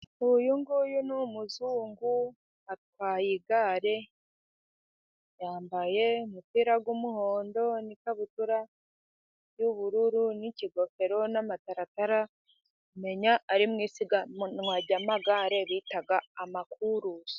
Uyu nguyu ni umuzungu, atwaye igare, yambaye umupira w'umuhondo n'ikabutura y'ubururu, n'ikigofero n'amataratara. Umenya ari mu isiganwa ry'amagare bita amakurusu.